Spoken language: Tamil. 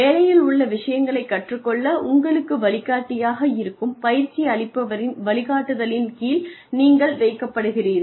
வேலையில் உள்ள விஷயங்களை கற்றுக்கொள்ள உங்களுக்கு வழிகாட்டியாக இருக்கும் பயிற்சியளிப்பவரின் வழிகாட்டுதலின் கீழ் நீங்கள் வைக்கப்படுகிறீர்கள்